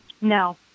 No